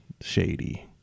shady